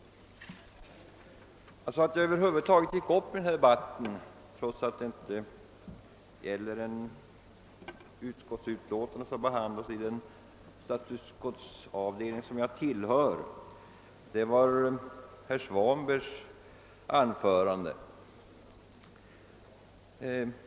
Orsaken till att jag över huvud taget deltar i debatten, trots att den inte avser ett utskottsutlåtande som behandlas i den avdelning av statsutskottet som jag tillhör, är herr Svanbergs anförande.